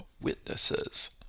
witnesses